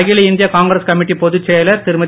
அகில இந்திய காங்கிரஸ் கமிட்டி பொதுச் செயலர் திருமதி